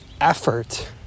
Effort